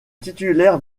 titulaires